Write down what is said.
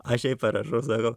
aš jai parašau sakau